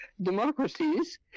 democracies